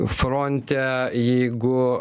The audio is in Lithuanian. fronte jeigu